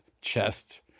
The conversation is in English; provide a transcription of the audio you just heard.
chest